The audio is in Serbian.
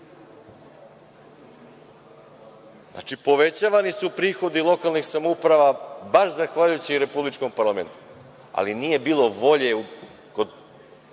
povećavani su prihodi lokalnih samouprava baš zahvaljujući republičkom parlamentu, ali nije bilo volje kod